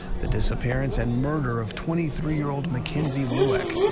the disappearance and murder of twenty three year old mackenzie lueck.